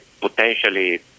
potentially